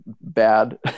bad